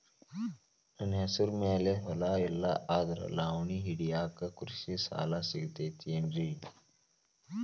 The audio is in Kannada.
ನನ್ನ ಹೆಸರು ಮ್ಯಾಲೆ ಹೊಲಾ ಇಲ್ಲ ಆದ್ರ ಲಾವಣಿ ಹಿಡಿಯಾಕ್ ಕೃಷಿ ಸಾಲಾ ಸಿಗತೈತಿ ಏನ್ರಿ?